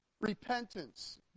repentance